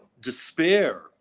despair